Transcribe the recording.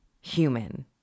human